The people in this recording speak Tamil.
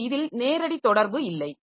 எனவே இதில் நேரடி தொடர்பு இல்லை